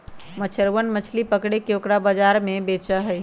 मछुरवन मछली पकड़ के ओकरा बाजार में बेचा हई